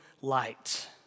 light